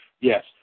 Yes